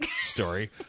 story